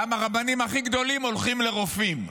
גם הרבנים הכי גדולים הולכים לרופאים,